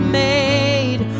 made